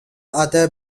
other